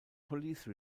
police